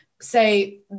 say